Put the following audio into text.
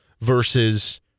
versus